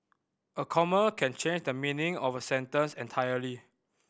a comma can change the meaning of a sentence entirely